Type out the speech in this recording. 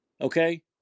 Okay